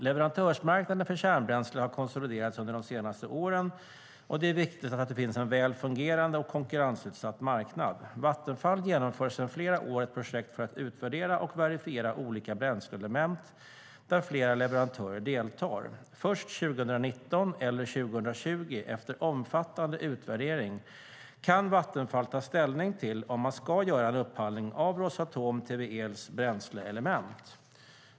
Leverantörsmarknaden för kärnbränsle har konsoliderats under de senaste åren, och det är viktigt att det finns en väl fungerande och konkurrensutsatt marknad. Vattenfall genomför sedan flera år ett projekt för att utvärdera och verifiera olika bränsleelement där flera leverantörer deltar. Först 2019 eller 2020, efter omfattande utvärdering, kan Vattenfall ta ställning till om man ska göra en upphandling av Rosatom Tvels bränsleelement.